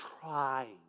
trying